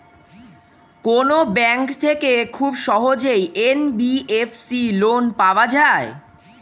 কোন ব্যাংক থেকে খুব সহজেই এন.বি.এফ.সি লোন পাওয়া যায়?